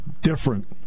different